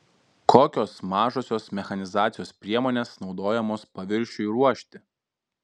kokios mažosios mechanizacijos priemonės naudojamos paviršiui ruošti